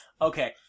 Okay